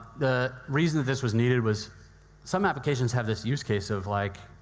the reason that this was needed was some applications have this use case of like,